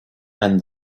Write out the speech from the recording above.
and